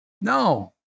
no